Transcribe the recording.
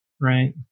right